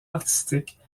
artistique